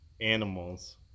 Animals